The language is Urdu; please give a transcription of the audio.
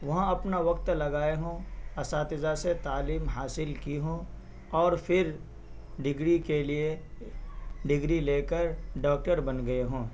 وہاں اپنا وقت لگائے ہوں اساتذہ سے تعلیم حاصل کی ہوں اور پھر ڈگری کے لیے ڈگری لے کر ڈاکٹر بن گئے ہوں